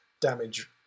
damage